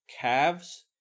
calves